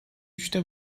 üçte